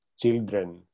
children